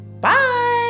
Bye